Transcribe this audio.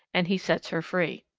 and he sets her free.